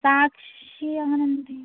സാക്ഷി അങ്ങനെന്തെ